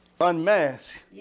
unmask